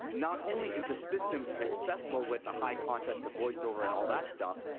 not only is the system accessible with the high contrast, the voiceover and all that stuff,